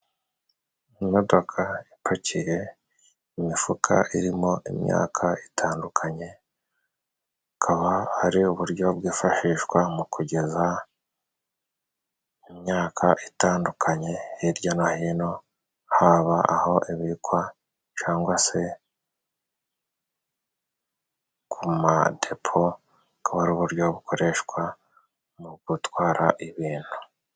Imodoka ipakiye imifuka irimo imyaka itandukanye hakaba hari uburyo bwifashishwa mu kugeza imyaka itandukanye hirya no hino, haba aho ibikwa cangwa se ku madepo, akaba ari uburyo bukoreshwa mu gutwara ibintu.